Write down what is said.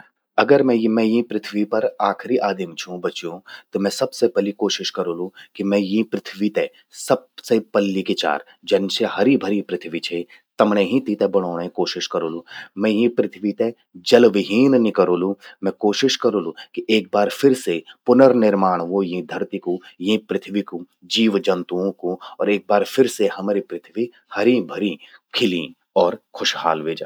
अगर मैं यीं पृथ्वी पर आखिरि आदिम छूं बच्यूं, त मैं सब से पल्लि कोशिश करोलु कि मैं यीं पृथ्वी ते सबे पल्लि कि चार, जन स्या हर्यीं भर्यीं पृथ्वी छे. तमण्ये ही तींते बणौंणे कोशिश करोलु। मैं यीं पृथ्वी ते जलविहीन नि करोलु। मैं कोशिश करोलु कि एक बार फिर से पुनर्निमाण व्हो यीं धरती कू, यीं पृथ्वी कु, जीव जंतुओं कु अर एक ब र फिर से हमरि पृथ्वी हर्यीं भरी, खिल्यीं अर खुशहाल व्हे जा।